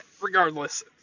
Regardless